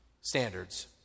standards